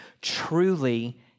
truly